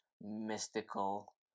mystical